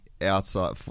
outside